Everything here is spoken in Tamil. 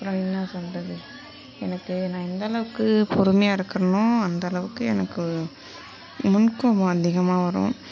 அப்புறம் என்ன சொல்றது எனக்கு நான் எந்த அளவுக்கு பொறுமையாக இருக்குறனோ அந்த அளவுக்கு எனக்கு முன் கோபம் அதிகமாக வரும்